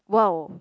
wow